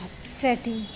upsetting